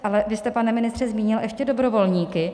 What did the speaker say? Ale vy jste, pane ministře, zmínil ještě dobrovolníky.